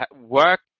work